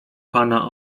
pana